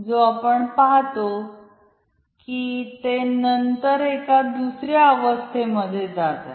जो आपण पाहतो की ते नंतर एका दुसर्या अवस्थॆमध्ये जात आहे